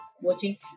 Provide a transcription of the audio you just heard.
Watching